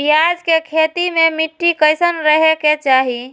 प्याज के खेती मे मिट्टी कैसन रहे के चाही?